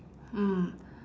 mm